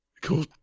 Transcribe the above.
Cool